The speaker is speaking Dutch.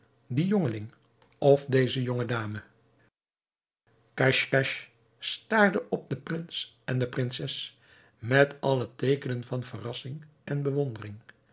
die jongeling of deze jonge dame casch casch staarde op den prins en de prinses met alle teekenen van verrassing en bewondering